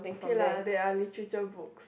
K lah there are literature books